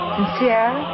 sincere